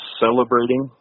celebrating